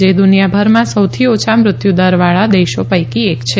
જે દુનિયાભરમાં સૌથી ઓછા મૃત્યુદરવાળા દેશો પૈકી એક છે